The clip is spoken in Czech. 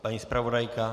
Paní zpravodajka?